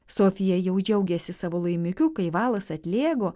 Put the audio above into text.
sofija jau džiaugėsi savo laimikiu kai valas atlėgo